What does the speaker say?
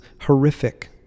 horrific